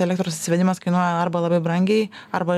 elektros įsivedimas kainuoja arba labai brangiai arba